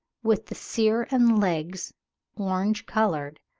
with the cere and legs orange-coloured,